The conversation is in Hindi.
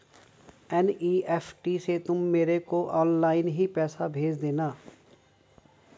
एन.ई.एफ.टी से तुम मेरे को ऑनलाइन ही पैसे भेज देना